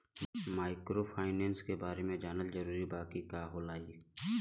Microfinance के बारे में जानल जरूरी बा की का होला ई?